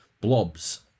blobs